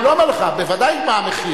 אני לא אומר לך בוודאי מה המחיר.